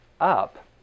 up